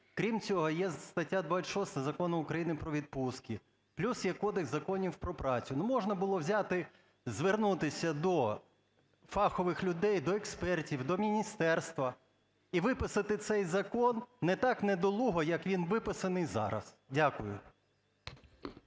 Крім цього, є стаття 26 Закону України "Про відпустки", плюс є Кодекс законів про працю. Ну, можна було взяти звернутися до фахових людей, до експертів, до міністерства і виписати цей закон не так недолуго, як він виписаний зараз. Дякую.